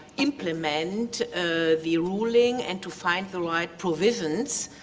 implement the ruling, and to find the right provisions